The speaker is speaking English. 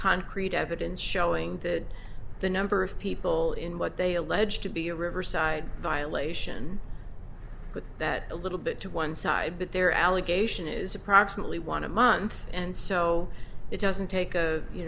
concrete evidence showing that the number of people in what they allege to be a riverside violation but that a little bit to one side but there allegation is approximately one a month and so it doesn't take a you